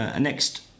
Next